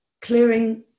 Clearing